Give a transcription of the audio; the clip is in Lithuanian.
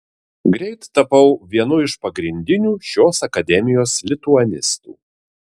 greit tapau vienu iš pagrindinių šios akademijos lituanistų